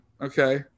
okay